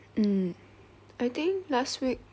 mm I think last week